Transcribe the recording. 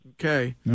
Okay